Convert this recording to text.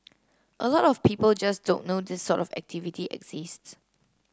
a lot of people just don't know this sort of activity exists